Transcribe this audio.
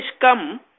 come